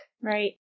Right